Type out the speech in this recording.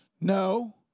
No